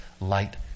light